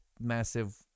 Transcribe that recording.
massive